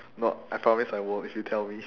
no I promise I won't if you tell me